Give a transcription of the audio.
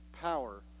power